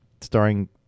starring